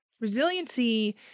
resiliency